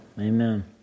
amen